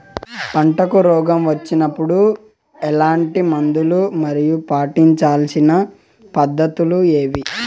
పంటకు రోగం వచ్చినప్పుడు ఎట్లాంటి మందులు మరియు పాటించాల్సిన పద్ధతులు ఏవి?